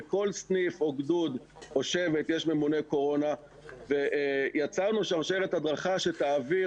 בכל סניף או גדוד או שבט יש ממונה קורונה ויצרנו שרשרת הדרכה שתעביר